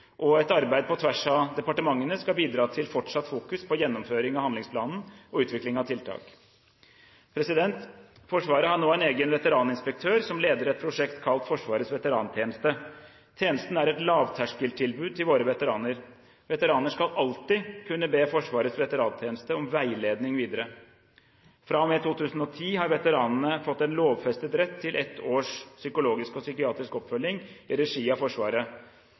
Et arbeid på tvers av departementene skal bidra til fortsatt fokusering på gjennomføring av handlingsplanen og utvikling av tiltak. Forsvaret har nå en egen veteraninspektør som leder et prosjekt kalt Forsvarets veterantjeneste. Tjenesten er et lavterskeltilbud til våre veteraner. Veteraner skal alltid kunne be Forsvarets veterantjeneste om veiledning videre. Fra og med 2010 har veteranene fått en lovfestet rett til ett års psykologisk og psykiatrisk oppfølging i regi av Forsvaret.